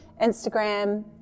Instagram